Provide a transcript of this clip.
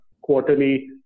quarterly